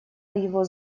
его